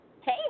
Hey